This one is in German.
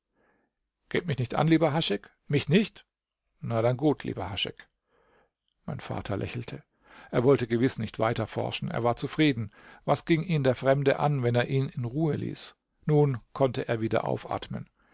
geht mich nicht an lieber haschek mich nicht na dann gut lieber haschek mein vater lächelte er wollte gewiß nicht weiter forschen er war zufrieden was ging ihn der fremde an wenn er ihn in ruhe ließ nun konnte er wieder aufatmen